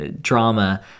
drama